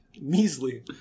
Measly